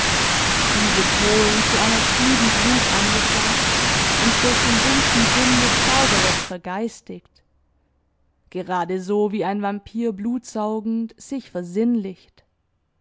diese kohlen zu einer trüben glut angefacht und durch den dumpfen sinn des zauberers vergeistigt geradeso wie ein vampyr blutsaugend sich